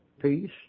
peace